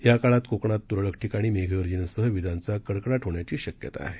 या काळात कोकणात तुरळक मेघगर्जनेसह विजांचा कडकडाट होण्याची शक्यता आहे